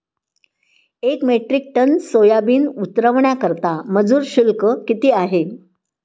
एक metric ton soybean उतरवण्याकरता मजूर शुल्क किती आहे?